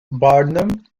barnum